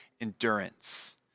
endurance